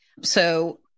So-